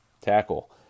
tackle